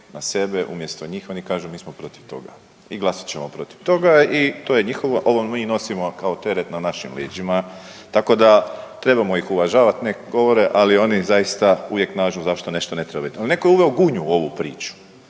na sebe, umjesto njih, oni kažu mi smo protiv toga i glasat ćemo protiv toga i to je njihove, ovo mi nosimo kao teret na našim leđima, tako da trebamo ih uvažavati, nek govore, ali oni zaista uvijek nađu zašto nešto ne treba biti. Ali netko je uveo Gunju u ovu priču,